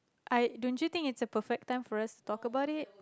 I don't you think it's a perfect time for us to talk about it